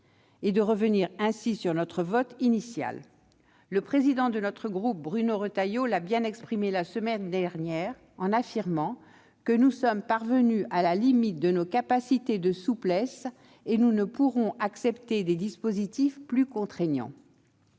et de revenir ainsi sur notre vote initial. Le président de notre groupe, Bruno Retailleau, l'a bien exprimé la semaine dernière :« Nous sommes parvenus à la limite de nos capacités de souplesse et nous ne pourrons accepter des dispositifs plus contraignants.